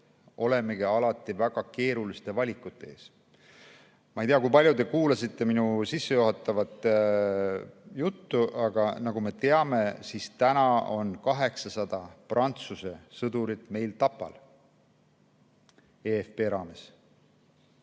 olemegi alati väga keeruliste valikute ees. Ma ei tea, kui palju te kuulasite minu sissejuhatavat juttu, aga nagu me teame, siis täna on meil eFP raames